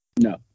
No